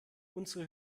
unsere